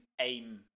aim